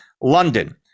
london